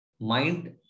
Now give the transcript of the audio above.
mind